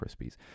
Krispies